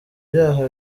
byaba